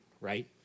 right